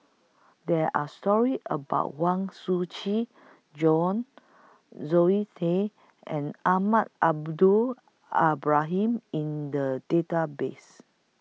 There Are stories about Huang Shiqi Joan Zoe Tay and Alma Al Ibrahim in The Database